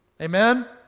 Amen